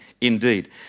indeed